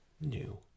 new